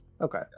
Okay